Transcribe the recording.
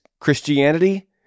Christianity